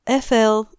FL